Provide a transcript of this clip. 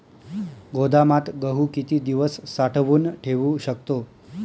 गोदामात गहू किती दिवस साठवून ठेवू शकतो?